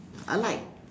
I like